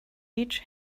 each